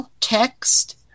Text